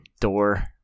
door